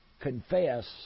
confess